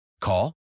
Call